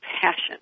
passion